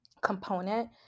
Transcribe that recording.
component